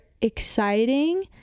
exciting